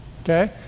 Okay